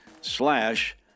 slash